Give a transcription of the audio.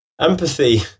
empathy